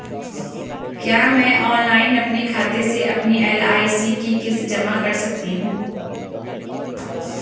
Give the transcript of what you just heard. क्या मैं ऑनलाइन अपने खाते से अपनी एल.आई.सी की किश्त जमा कर सकती हूँ?